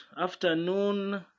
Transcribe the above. afternoon